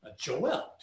Joel